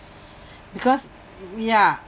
because ye~ yeah